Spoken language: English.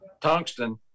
tungsten